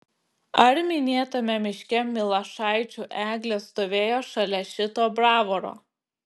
ar minėtame miške milašaičių eglė stovėjo šalia šito bravoro